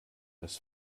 das